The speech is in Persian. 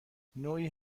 نوعی